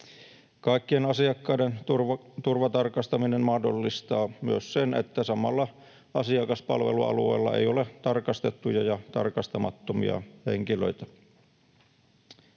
Kaikkien asiakkaiden turvatarkastaminen mahdollistaa myös sen, että samalla asiakaspalvelualueella ei ole tarkastettuja ja tarkastamattomia henkilöitä.